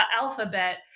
alphabet